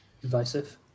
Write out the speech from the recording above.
Divisive